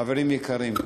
חברים יקרים,